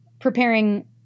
preparing